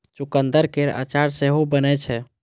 चुकंदर केर अचार सेहो बनै छै